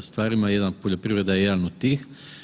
stvarima, jedan, poljoprivreda je jedan od tih.